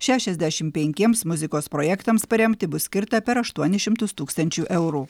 šešiasdešim penkiems muzikos projektams paremti bus skirta per aštuonis šimtus tūkstančių eurų